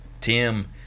Tim